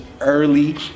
early